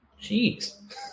Jeez